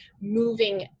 moving